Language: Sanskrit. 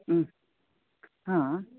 हां